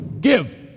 Give